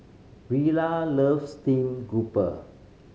Rilla loves steamed grouper